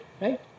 Right